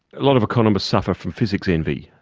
a lot of economists suffer from physics envy.